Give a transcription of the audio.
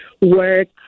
work